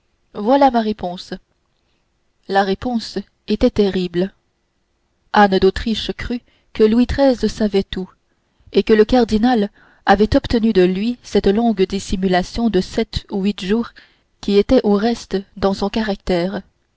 voici ma réponse la réponse était terrible anne d'autriche crut que louis xiii savait tout et que le cardinal avait obtenu de lui cette longue dissimulation de sept ou huit jours qui était au reste dans son caractère